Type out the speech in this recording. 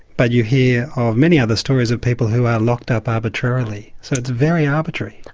but you hear of many other stories of people who are locked up arbitrarily, so it's very arbitrary.